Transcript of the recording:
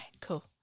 Cool